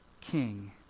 king